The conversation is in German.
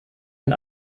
ein